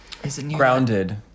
Grounded